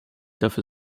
dafür